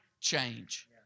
change